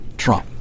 trump